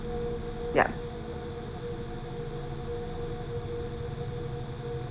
ya